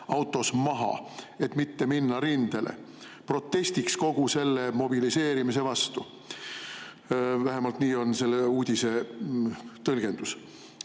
autos maha, et mitte minna rindele. Ta tegi seda protestiks kogu selle mobiliseerimise vastu. Vähemalt niisugune on selle uudise tõlgendus. Minu